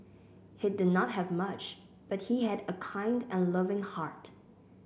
he did not have much but he had a kind and loving heart